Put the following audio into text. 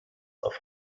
auf